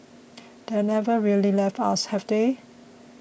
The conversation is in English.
they've never really left us have they